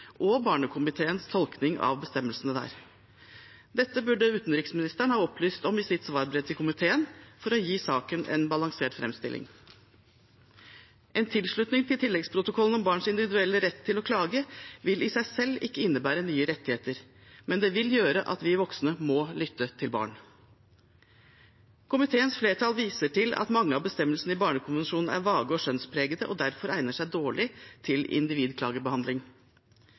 og barnekomiteens tolkning av bestemmelsene der. Dette burde utenriksministeren ha opplyst om i sitt svarbrev til komiteen, for å gi saken en balansert framstilling. En tilslutning til tilleggsprotokollen om barns individuelle rett til å klage vil i seg selv ikke innebære nye rettigheter, men det vil gjøre at vi voksne må lytte til barn. Komiteens flertall viser til at mange av bestemmelsene i barnekonvensjonen er vage og skjønnspregede og derfor egner seg dårlig til individklagebehandling.